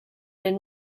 been